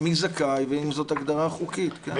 מי זכאי ואם זאת הגדרה חוקית, כן.